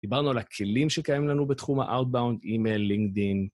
דיברנו על הכלים שקיימים לנו בתחום ה-outbound e-mail, לינקדין.